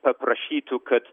paprašytų kad